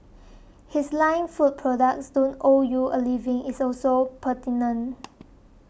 his line food companies don't owe you a living is also pertinent